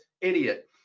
idiot